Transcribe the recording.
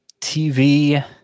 TV